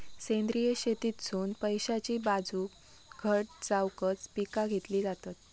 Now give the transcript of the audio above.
सेंद्रिय शेतीतसुन पैशाची बाजू घट जावकच पिका घेतली जातत